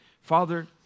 Father